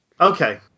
Okay